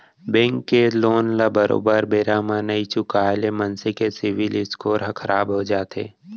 bank के loan ल बरोबर बेरा म नइ चुकाय ले मनसे के सिविल स्कोर ह खराब हो जाथे